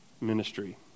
ministry